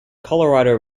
colorado